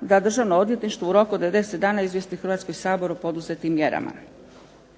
da Državno odvjetništvo u roku od 90 dana izvijesti Hrvatski sabor o poduzetim mjerama.